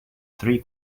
three